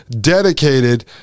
dedicated